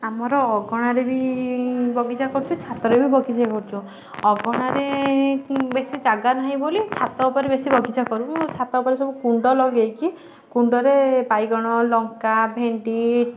ଆମର ଅଗଣାରେ ବି ବଗିଚା କରିଛୁ ଛାତରେ ବି ବଗିଚା କରିଛୁ ଅଗଣାରେ ବେଶୀ ଜାଗା ନାହିଁ ବୋଲି ଛାତ ଉପରେ ବେଶୀ ବଗିଚା କରୁ ଛାତ ଉପରେ ସବୁ କୁଣ୍ଡ ଲଗାଇକି କୁଣ୍ଡରେ ବାଇଗଣ ଲଙ୍କା ଭେଣ୍ଡି